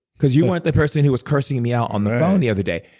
because you weren't the person who was cursing me out on the phone the other day.